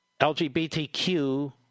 LGBTQ